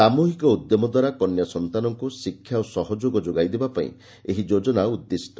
ସାମ୍ବହିକ ଉଦ୍ୟମଦ୍ୱାରା କନ୍ୟା ସନ୍ତାନଙ୍କୁ ଶିକ୍ଷା ଓ ସହଯୋଗ ଯୋଗାଇ ଦେବାପାଇଁ ଏହି ଯୋଜନା ଉଦ୍ଦିଷ୍ଟ